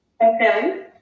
Okay